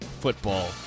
football